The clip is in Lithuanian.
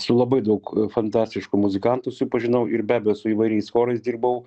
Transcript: su labai daug fantastiškų muzikantų susipažinau ir be abejo su įvairiais chorais dirbau